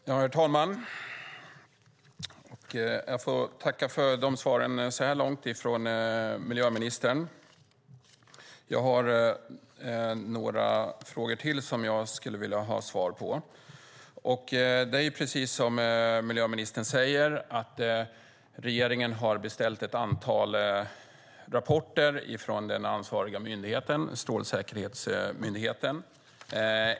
Herr talman! Jag får tacka miljöministern för svaren så här långt. Jag har några frågor till som jag skulle vilja ha svar på. Det är precis som miljöministern säger så att regeringen har beställt ett antal rapporter från den ansvariga myndigheten Strålsäkerhetsmyndigheten.